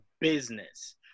business